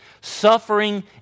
Suffering